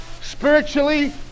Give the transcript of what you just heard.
spiritually